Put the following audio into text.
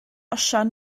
osian